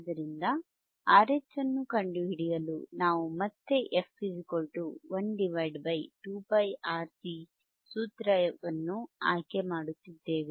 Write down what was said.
ಆದ್ದರಿಂದ RH ಅನ್ನು ಕಂಡುಹಿಡಿಯಲು ನಾವು ಮತ್ತೆ f 1 2πRC ಇರುವ ಸೂತ್ರವನ್ನು ಆಯ್ಕೆ ಮಾಡುತ್ತಿದ್ದೇವೆ